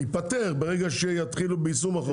ייפתר ברגע שיתחילו ביישום החוק.